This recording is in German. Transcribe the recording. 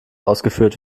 ausgeführt